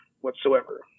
whatsoever